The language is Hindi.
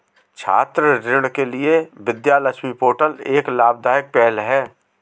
छात्र ऋण के लिए विद्या लक्ष्मी पोर्टल एक लाभदायक पहल है